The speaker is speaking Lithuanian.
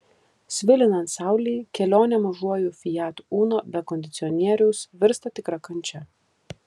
svilinant saulei kelionė mažuoju fiat uno be kondicionieriaus virsta tikra kančia